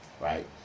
Right